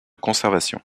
conservation